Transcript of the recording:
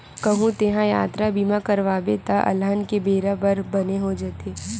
कहूँ तेंहा यातरा बीमा करवाबे त अलहन के बेरा बर बने हो जाथे